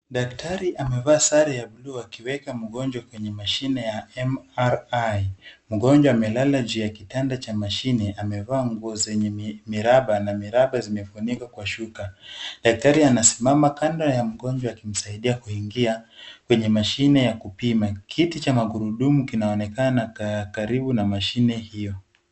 Daktari amevaa sare ya blue ,akiweka mgonjwa kwenye mashine ya MRI .Mgonjwa amelala ju ya kitanda cha mashine, amevaa nguo zenye miraba, na miraba zimefunikwa kwa shuka. Daktari anasimama kando ya mgonjwa akimsaidia kuingia kwenye mashine ya kupima. Kiti cha magurudumu kinaonekana karibu na mashine hiyo.